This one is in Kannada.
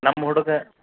ನಮ್ಮ ಹುಡುಗ